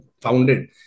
founded